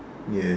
ya